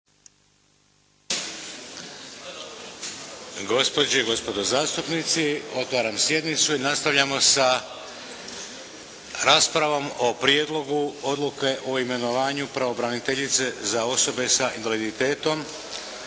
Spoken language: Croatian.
Gospođe i gospodo zastupnici. Otvaram sjednicu. Nastavljamo sa raspravom o Prijedlogu odluke o imenovanju pravobraniteljice za osobe sa invaliditetom.